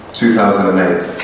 2008